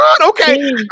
okay